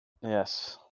Yes